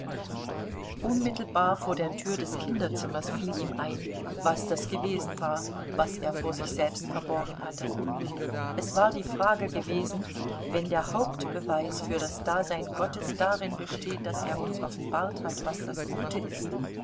unmittelbar vor der tür des kinderzimmers fiel ihm ein was das gewesen war was er vor sich selbst verborgen hatte es war die frage gewesen wenn der hauptbeweis für das dasein gottes darin besteht daß er uns offenbart hat was das gute ist